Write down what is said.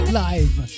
live